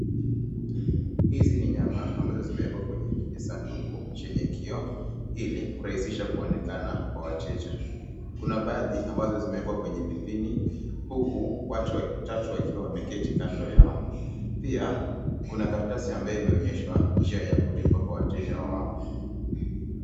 Hizi ni nyama, ambazo zimewekwa kwenye kijisanduku chenye kioo, ili kurahisisha kuonekana, kwa wateja. Kuna baadhi, ambazo zimewekwa kwenye vipini, huku watu watatu wakiwa wameketi kando yao. Pia, kuna karatasi ambayo imeonyeshwa, njia ya kulipa kwa wateja wao.